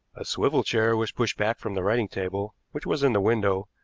a swivel-chair was pushed back from the writing-table, which was in the window,